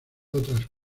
otras